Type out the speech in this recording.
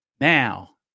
Now